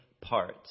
Parts